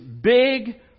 big